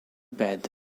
bed